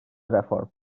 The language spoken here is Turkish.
reform